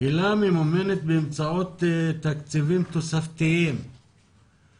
היל"ה ממומנת באמצעות תקציבים תוספתיים,